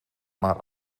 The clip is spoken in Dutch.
maar